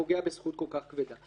שפוגע בזכות כל כך כבדה.